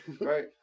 right